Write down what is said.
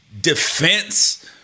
defense